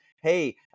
Hey